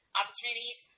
opportunities